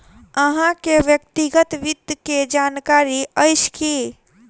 अहाँ के व्यक्तिगत वित्त के जानकारी अइछ की?